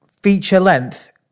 feature-length